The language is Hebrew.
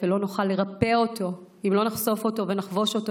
ולא נוכל לרפא אותו אם לא נחשוף אותו ונחבוש אותו,